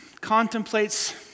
contemplates